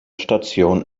station